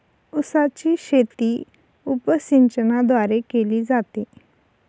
उसाची शेती उपसिंचनाद्वारे केली जाते